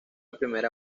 primera